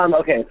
okay